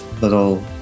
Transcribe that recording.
Little